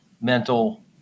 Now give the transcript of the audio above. mental